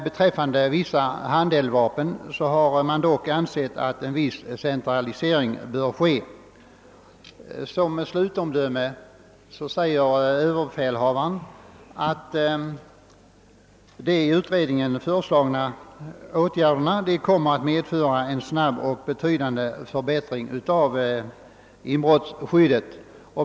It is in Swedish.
Beträffande vissa handeldvapen har man dock ansett att en viss centralisering bör ske. Som slutomdöme säger överbefälhavaren att de av utredningen föreslagna åtgärderna kommer att medföra en snabb och betydande förbättring av inbrottsskyddet.